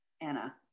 Anna